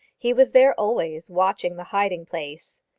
he was there always, watching the hiding-place.